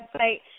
website